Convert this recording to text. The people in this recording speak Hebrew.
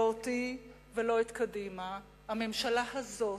לא אותי ולא את קדימה, הממשלה הזאת,